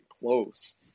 close